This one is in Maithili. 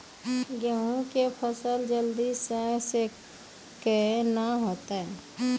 गेहूँ के फसल जल्दी से के ना होते?